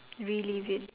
relive it